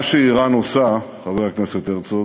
מה שאיראן עושה, חבר הכנסת הרצוג,